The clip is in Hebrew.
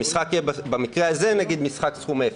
המשחק יהיה במקרה הזה משחק סכום אפס.